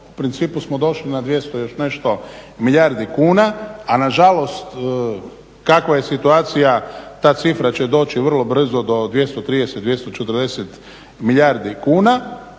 u principu smo došli na 200 i još nešto milijardi kuna a nažalost kakva je situacija ta cifra će doći vrlo brzo do 230, 240 milijardi kuna